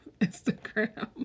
Instagram